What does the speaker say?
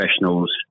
professionals